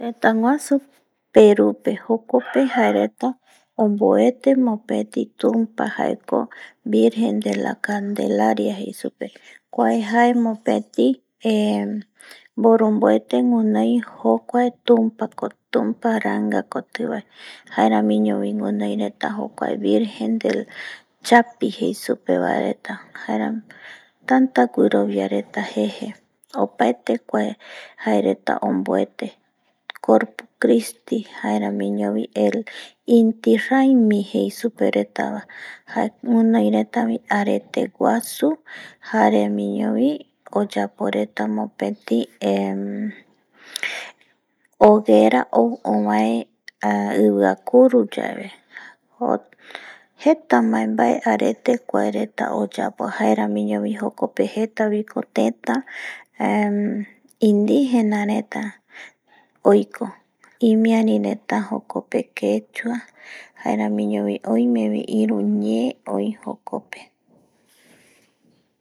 Tëtäguasu Perupe jokope jae reta onboete mopeti tumpa kua jaeko virgen de la candelaria jei supe retavae kuae jae mopeti eh mboronboete guinoiva jokuae tumpa rangavae koti jaeramiñovii guinoireta virgen del chapi jei supe retavae jaeramo tata guirobia jeje, opaete kuae jae reta onbuete corpu cristi jaeramiñovi el inti ranmi jei supe reta va, jare guinoiretavi arete guasu jaeramiñovi oyapo reta mopeti oguera ou obae iviakuru yave jeta mbae mbae arete kua reta oyapo jaeramiñovi jokope jeteviko teta indígena reta oiko imiari reta jokope quechua jaeramiñovi oimevi iru ñee jokope